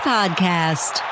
Podcast